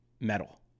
metal